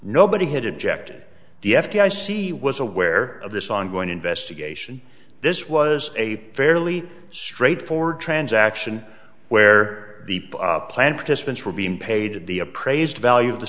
nobody had objected the f b i c was aware of this ongoing investigation this was a fairly straightforward transaction where the power plant participants were being paid the appraised value of the